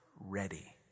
ready